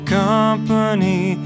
company